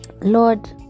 Lord